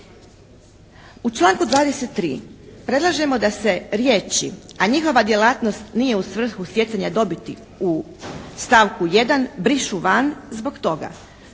U članku 23. predlažemo da se riječi: "a njihova djelatnost nije u svrhu stjecanja dobiti" u stavku 1. brišu van zbog toga